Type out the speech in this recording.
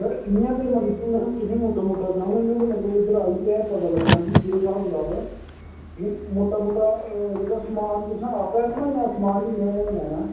sir इ'यां ते मतलब में तुसें मुट्टा मुट्टा सुनाई ओड़े दा इ'यां ते मतलब उद्धर आइयै पता लग्गना कि केह् स्हाब कताब ऐ मुट्टा मुट्टा जेह्का समान तुसें आपे आह्नना जां समान बी में लैना